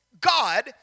God